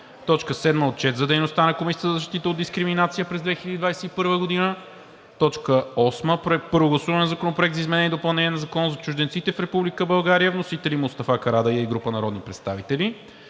г. 7. Отчет за дейността на Комисията за защита от дискриминация през 2021 г. 8. Първо гласуване на Законопроекта за изменение и допълнение на Закона за чужденците в Република България. Вносители са Мустафа Карадайъ и група народни представители.